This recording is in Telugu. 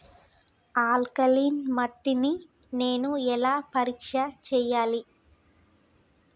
ఆల్కలీన్ మట్టి ని నేను ఎలా పరీక్ష చేయాలి?